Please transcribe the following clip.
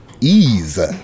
Ease